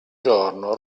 giorno